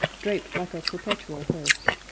draped like a perpetual hearse,